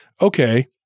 okay